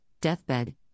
deathbed